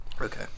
Okay